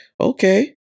okay